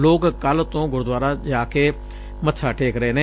ਲੋਕ ਕੱਲੂ ਤੋਂ ਗੁਰਦੁਆਰਾ ਚ ਜਾ ਕੇ ਮੱਬਾ ਟੇਕ ਰਹੇ ਨੇ